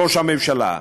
ראש הממשלה.